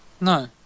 No